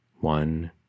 one